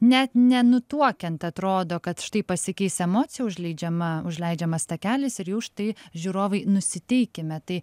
net nenutuokiant atrodo kad štai pasikeis emocija užleidžiama užleidžiamas takelis ir jau štai žiūrovai nusiteikime tai